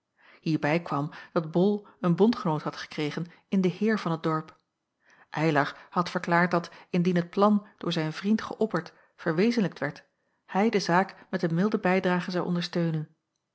hierbij kwam dat bol een bondgenoot had gekregen in den heer van t dorp eylar had verklaard dat indien het plan door zijn vriend geöpperd verwezenlijkt werd hij de zaak met een milde bijdrage zou ondersteunen